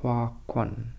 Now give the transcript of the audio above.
Huay Kuan